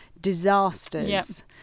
disasters